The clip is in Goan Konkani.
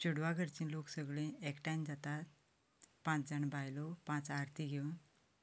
चेडवां घरचीं लोक सगळीं एकठांय जातात पांच जाणा बायलो पांच आरती घेवून